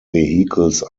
vehicles